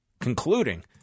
concluding